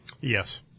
Yes